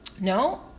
no